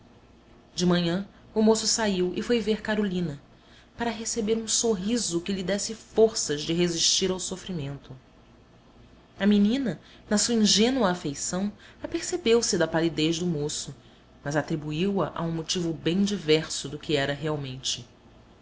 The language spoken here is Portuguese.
de manhã o moço saiu e foi ver carolina para receber um sorriso que lhe desse forças de resistir ao sofrimento a menina na sua ingênua afeição apercebeu se da palidez do moço mas atribuiu a a um motivo bem diverso do que era realmente